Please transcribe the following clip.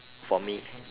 for me